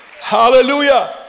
Hallelujah